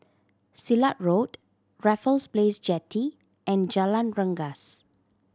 Silat Road Raffles Place Jetty and Jalan Rengas